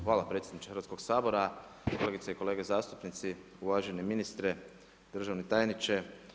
Hvala predsjedniče Hrvatskog sabora, kolegice i kolege zastupnici, uvaženi ministre, državni tajniče.